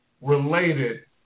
related